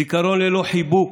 זיכרון ללא חיבוק,